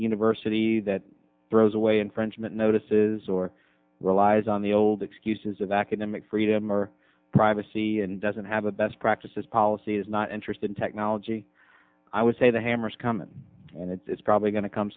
university that throws away in french mint notices or relies on the old excuses of academic freedom or privacy and doesn't have a best practices policy is not interested in technology i would say the hammers come in and it's probably going to come